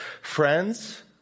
friends